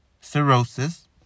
cirrhosis